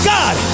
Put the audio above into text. God